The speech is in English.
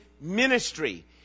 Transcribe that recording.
ministry